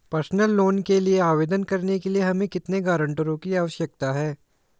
Personal loan के लिए आवेदन करने के लिए हमें कितने गारंटरों की आवश्यकता है?